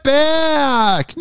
back